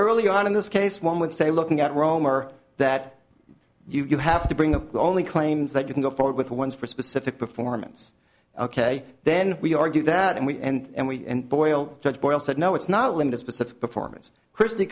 early on in this case one would say looking at romer that you have to bring the only claims that you can go forward with ones for specific performance ok then we argue that and we and we and boyle judge boyle said no it's not linda specific performance christ